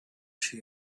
she